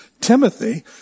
Timothy